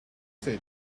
said